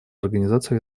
организацию